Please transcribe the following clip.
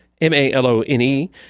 M-A-L-O-N-E